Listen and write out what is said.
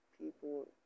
people